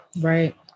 Right